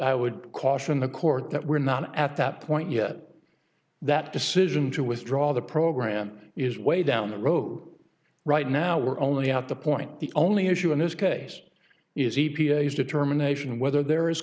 i would caution the court that we're not at that point yet that decision to withdraw the program is way down the road right now we're only at the point the only issue in this case is e p a s determination whether there is